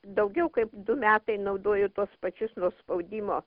daugiau kaip du metai naudoju tuos pačius nuo spaudimo